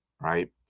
right